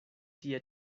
tie